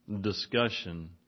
discussion